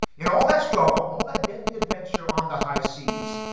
in all that struggle, all that deadly adventure on the high seas,